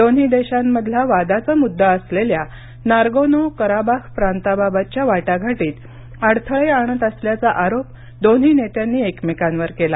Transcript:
दोन्ही देशांमधला वादाचा मुद्दा असलेल्या नागोर्नो कराबाख प्रांताबाबतच्या वाटाघाटीत अडथळे आणत असल्याचा आरोप दोन्ही नेत्यांनी एकमेकांवर केला